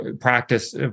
practice